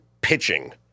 pitching